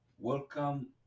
Welcome